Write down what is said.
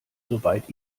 soweit